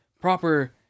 proper